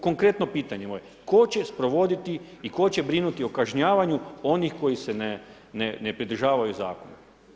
Konkretno pitanje moje tko će sprovoditi i tko će brinuti o kažnjavanju onih koji se ne pridržavaju zakona?